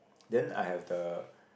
then I have the